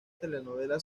telenovela